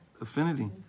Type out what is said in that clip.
Affinity